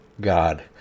God